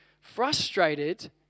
frustrated